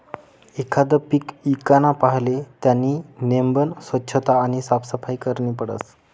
एखांद पीक ईकाना पहिले त्यानी नेमबन सोच्छता आणि साफसफाई करनी पडस